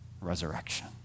resurrection